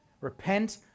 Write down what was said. repent